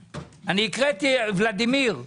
ולדימיר,